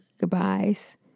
goodbyes